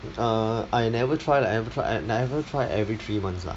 err I never try lah ever try I never try every three months lah